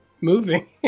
moving